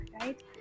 right